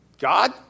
God